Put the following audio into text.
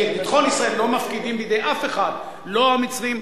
כי את ביטחון ישראל לא מפקידים בידי אף אחד לא המצרים,